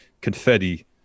confetti